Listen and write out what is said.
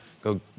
go